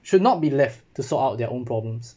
should not be left to sort out their own problems